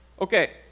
okay